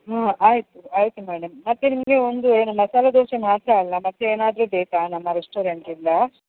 ಹಾಂ ಆಯಿತು ಆಯಿತು ಮೇಡಮ್ ಮತ್ತೆ ನಿಮಗೆ ಒಂದು ಏನು ಮಸಾಲೆ ದೋಸೆ ಮಾತ್ರ ಅಲ್ವಾ ಮತ್ತೆ ಏನಾದರೂ ಬೇಕಾ ನಮ್ಮ ರೆಸ್ಟೋರೆಂಟಿಂದ